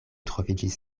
troviĝis